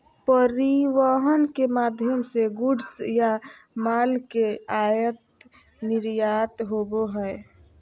परिवहन के माध्यम से गुड्स या माल के आयात निर्यात होबो हय